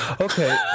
Okay